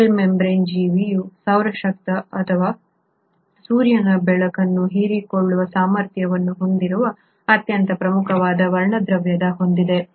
cell membrane ಜೀವಿಯು ಸೌರ ಶಕ್ತಿ ಅಥವಾ ಸೂರ್ಯನ ಬೆಳಕನ್ನು ಹೀರಿಕೊಳ್ಳುವ ಸಾಮರ್ಥ್ಯವನ್ನು ಹೊಂದಿರುವ ಅತ್ಯಂತ ಪ್ರಮುಖವಾದ ವರ್ಣದ್ರವ್ಯವನ್ನು ಹೊಂದಿದೆ